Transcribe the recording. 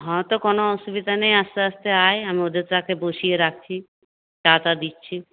হ্যাঁ তো কোন অসুবিধা নেই আস্তে আস্তে আয় আমি ওদেরকে বসিয়ে রাখছি চা টা দিচ্ছি